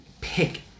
pick